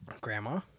Grandma